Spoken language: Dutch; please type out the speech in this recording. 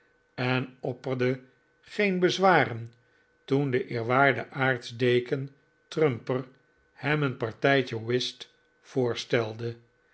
en opperde geen bezwaren toen de eerwaarde aartsdeken trumper hem een partijtje whist voorstelde